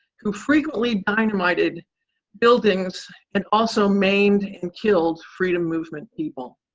who frequently dynamited buildings and also maimed and killed freedom movement people.